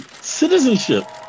Citizenship